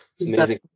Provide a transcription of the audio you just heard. Amazing